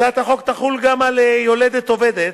הצעת החוק תחול גם על יולדת עובדת